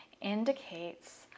indicates